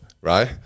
right